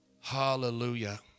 Hallelujah